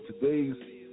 today's